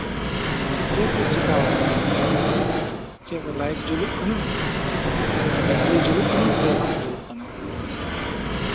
ᱦᱚᱸ ᱪᱮᱫ ᱠᱚ ᱪᱮᱠᱟᱣ ᱠᱟᱱᱟ ᱱᱤᱭᱟᱹ ᱢᱩᱦᱩᱨᱛᱚ ᱪᱮᱫ ᱠᱚ ᱞᱟᱭᱤᱴ ᱡᱩᱞᱩᱜ ᱠᱟᱱᱟ ᱦᱩᱸ ᱵᱤᱡᱽᱞᱤ ᱡᱩᱞᱩᱜ ᱠᱟᱱᱟ ᱥᱮ ᱵᱟᱝ ᱡᱩᱞᱩᱜ ᱠᱟᱱᱟ